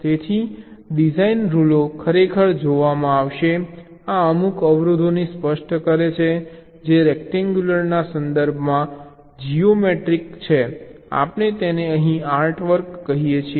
તેથી ડિઝાઇન રૂલો ખરેખર જોવામાં આવશે આ અમુક અવરોધોને સ્પષ્ટ કરે છે જે રેક્ટેન્ગ્યુલરના સંદર્ભમાં નેચરમાં જીઓમેટ્રીક છે આપણે તેને અહીં આર્ટવર્ક કહીએ છીએ